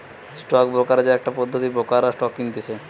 stock brokerage একটা পদ্ধতি ব্রোকাররা স্টক কিনতেছে